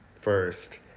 first